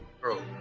bro